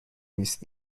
نیست